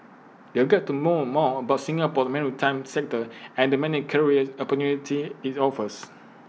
they'll get to know more about Singapore's maritime sector and the many career opportunities IT offers